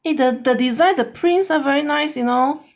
eh the the design the prints ah very nice you know